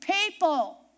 people